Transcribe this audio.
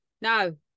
No